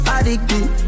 Addicted